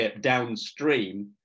downstream